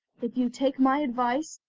if you take my advice,